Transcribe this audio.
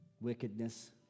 wickedness